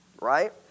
right